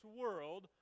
world